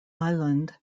island